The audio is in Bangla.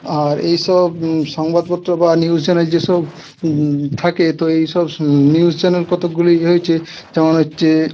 আর এই সব সংবাদপত্র বা নিউজ চ্যানেল যেসব থাকে তো এইসব নিউজ চ্যানেল কতগুলি ইয়ে হয়েছে যেমন হচ্ছে